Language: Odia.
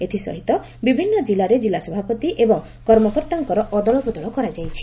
ଏଥିସହିତ ବିଭିନ୍ନ କିଲ୍ଲାରେ କିଲ୍ଲାସଭାପତି ଏବଂ କର୍ମକର୍ତ୍ତାଙ୍କର ଅଦଳବଦଳ କରାଯାଇଛି